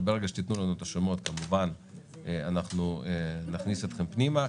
וברגע שתיתנו לנו את השמות אנחנו כמובן נכניס אתכם פנימה.